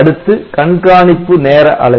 அடுத்து கண்காணிப்பு நேர அளவி